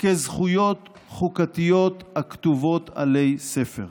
כזכויות חוקתיות הכתובות עלי ספר.